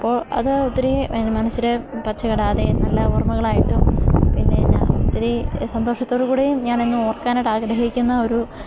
അപ്പോള് അതൊത്തിരി മനസില് പച്ചവിടാതെ നല്ല ഓർമ്മകളായിട്ടും പിന്നെയെന്താണ് ഒത്തിരി സന്തോഷത്തോടുകൂടെയും ഞാനെന്നും ഓർക്കാനായിട്ട് ആഗ്രഹിക്കുന്നൊരു